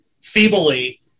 feebly